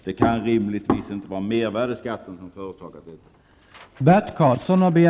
Det kan rimligtvis inte vara mervärdeskatten som förorsakat det.